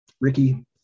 Ricky